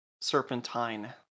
serpentine